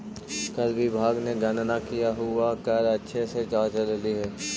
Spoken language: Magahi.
कर विभाग ने गणना किया हुआ कर अच्छे से जांच लेली हे